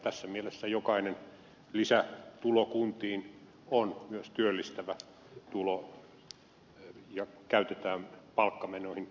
tässä mielessä jokainen lisätulo kuntiin on myös työllistävä tulo ja se käytetään palkkamenoihin